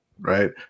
right